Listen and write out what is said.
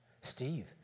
Steve